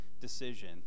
decision